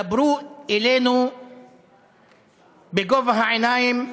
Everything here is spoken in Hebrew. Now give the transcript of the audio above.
דברו אלינו בגובה העיניים,